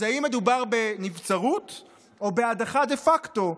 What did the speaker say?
אז האם מדובר בנבצרות או בהדחה דה פקטו,